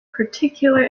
particular